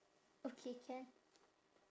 okay can